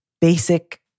basic